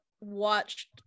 watched